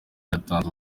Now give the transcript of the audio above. yatanze